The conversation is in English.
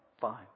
Fine